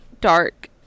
dark